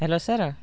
hello sir